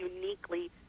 uniquely